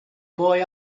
boy